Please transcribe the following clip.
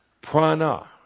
Prana